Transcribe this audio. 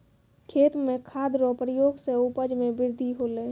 खेत मे खाद रो प्रयोग से उपज मे बृद्धि होलै